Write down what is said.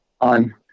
on